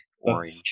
orange